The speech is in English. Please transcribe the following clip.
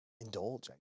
indulge